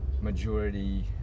majority